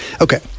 Okay